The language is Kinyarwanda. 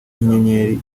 y’inyenyeri